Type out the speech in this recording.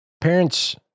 parents